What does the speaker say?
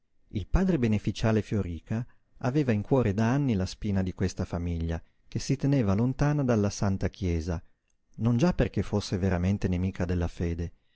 il padre beneficiale fioríca aveva in cuore da anni la spina di questa famiglia che si teneva lontana dalla santa chiesa non già perché fosse veramente nemica della fede